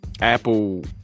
Apple